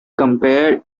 compared